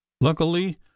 Luckily